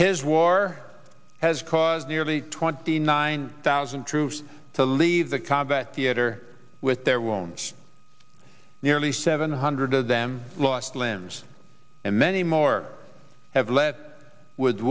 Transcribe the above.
his war has caused nearly twenty nine thousand troops to leave the combat theater with their wont nearly seven hundred of them lost limbs and many more have le